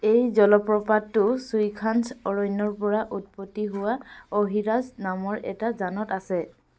এই জলপ্ৰপাতটো 'চুইখাঞ্চ' অৰণ্যৰ পৰা উৎপত্তি হোৱা অহিৰাজ নামৰ এটা জানত আছে